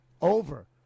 Over